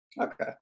Okay